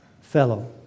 fellow